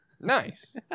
Nice